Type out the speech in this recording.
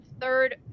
third